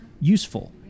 useful